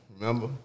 remember